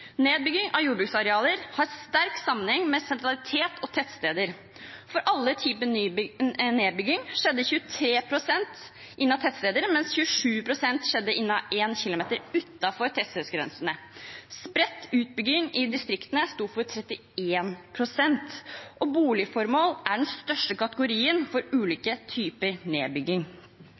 Nedbygging av jordbruksarealer har sterk sammenheng med sentralitet og tettsteder. For alle typer nedbygging skjedde 23 pst. i tettsteder, mens 27 pst. skjedde innenfor 1 km fra tettstedsgrensene. Spredt utbygging i distriktene sto for 31 pst., og boligformål er den største kategorien av ulike typer nedbygging.